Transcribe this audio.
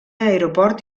aeroport